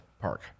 Park